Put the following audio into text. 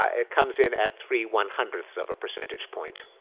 ah it comes in at three one hundred ths of a percentage point.